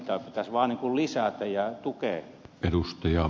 niitä pitäisi lisätä ja tukea